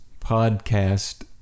podcast